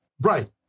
Right